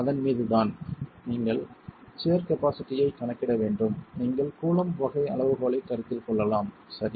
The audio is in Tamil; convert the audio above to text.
அதன் மீதுதான் நீங்கள் சியர் கபாசிட்டியைக் கணக்கிட வேண்டும் நீங்கள் கூலம்ப் வகை அளவுகோலைக் கருத்தில் கொள்ளலாம் சரி